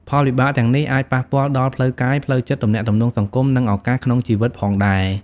ផលវិបាកទាំងនេះអាចប៉ះពាល់ដល់ផ្លូវកាយ ផ្លូវចិត្ត ទំនាក់ទំនងសង្គម និងឱកាសក្នុងជីវិតផងដែរ។